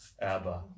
Abba